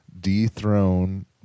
dethrone